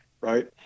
right